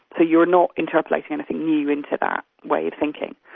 you're not interpolating anything new into that way of thinking.